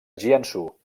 jiangsu